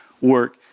work